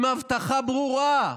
עם הבטחה ברורה,